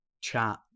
chat